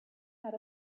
had